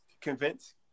convince